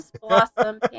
blossom